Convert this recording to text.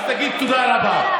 אז תגיד תודה רבה.